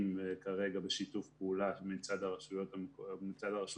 כרגע בשיתוף פעולה מצד הרשות המקומית.